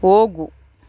ಹೋಗು